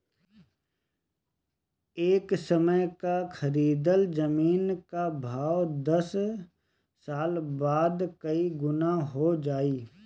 ए समय कअ खरीदल जमीन कअ भाव दस साल बाद कई गुना हो जाई